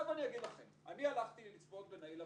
אני הלכתי לצפות בסרט.